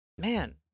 Man